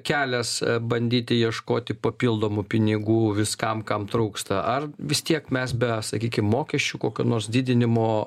kelias bandyti ieškoti papildomų pinigų viskam kam trūksta ar vis tiek mes be sakykim mokesčių kokio nors didinimo